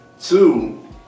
Two